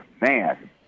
man